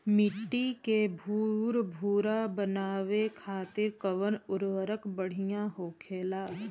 मिट्टी के भूरभूरा बनावे खातिर कवन उर्वरक भड़िया होखेला?